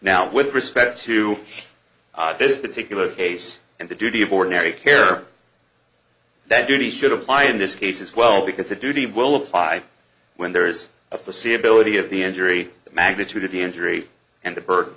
now with respect to this particular case and the duty of ordinary care that duty should apply in this case as well because a duty will apply when there is a pussy ability of the injury the magnitude of the injury and the bird